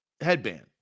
headband